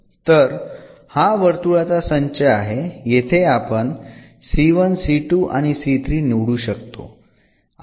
तर हा वर्तुळाचा संच आहे येथे आपण आणि निवडू शकतो